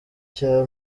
cya